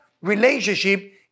relationship